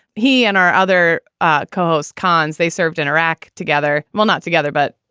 he and our other ah calls, karns, they served in iraq together. well, not together. but,